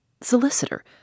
Solicitor